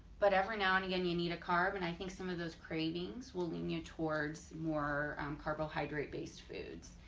but every now and again you need a carb and i think some of those cravings will lead you towards more carbohydrate based foods.